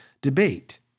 debate